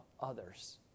others